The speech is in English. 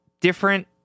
different